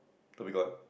Dhoby-Ghaut